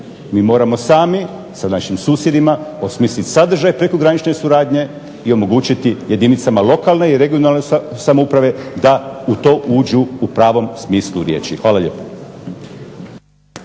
Mi moramo sami sa našim susjedima osmislit sadržaj prekogranične suradnje i omogućiti jedinicama lokalne i regionalne samouprave da u to uđu u pravom smislu riječi. Hvala lijepo.